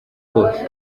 kose